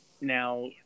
Now